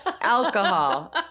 alcohol